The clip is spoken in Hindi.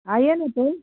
आएं ना फिर